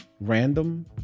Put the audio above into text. random